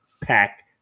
pack